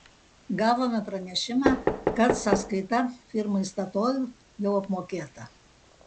gavome pranešimą kad sąskaita firmai statoil jau apmokėta